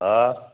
हा